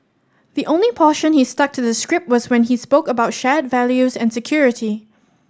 the only portion he stuck to the script was when he spoke about shared values and security